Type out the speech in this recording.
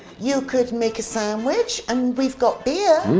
you could make a sandwich, and we've got beer.